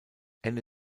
ende